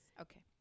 Okay